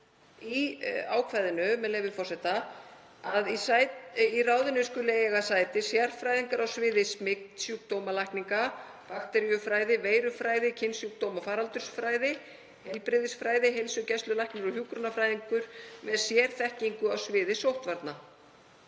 í ráðinu, með leyfi forseta: „… skulu eiga sæti sérfræðingar á sviði smitsjúkdómalækninga, bakteríufræði, veirufræði, kynsjúkdóma og faraldsfræði/heilbrigðisfræði, heilsugæslulæknir og hjúkrunarfræðingur með sérþekkingu á sviði sóttvarna.